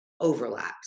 overlaps